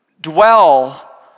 dwell